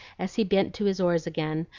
as he bent to his oars again,